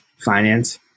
finance